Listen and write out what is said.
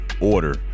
order